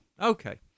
Okay